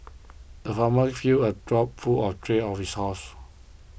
the farmer filled a trough full of hay for his horses